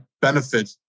benefit